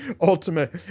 ultimate